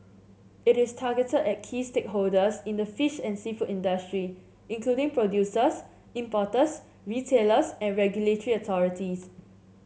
it is targeted at key stakeholders in the fish and seafood industry including producers importers retailers and regulatory authorities